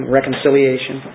Reconciliation